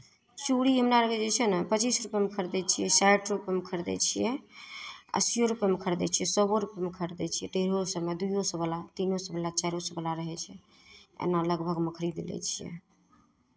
चूड़ी हमरा आरके जे छै ने पच्चीस रुपैआमे खरीदै छियै साठि रुपैआमे खरीदै छियै अस्सीओ रुपैआमे खरीदै छियै सएओ रुपैए खरीदै छियै डेढ़ो सएमे दुइओ सएवला तीनो सएवला आ चारिओ सएवला रहै छै एना लगभगमे खरीद लै छियै